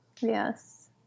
Yes